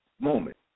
moment